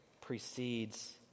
precedes